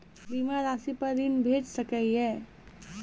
बीमा रासि पर ॠण भेट सकै ये?